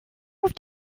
auf